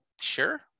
Sure